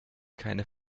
keine